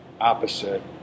opposite